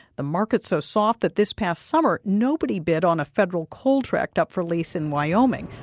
the market's so soft that this past summer nobody bid on a federal coal tract up for lease in wyoming,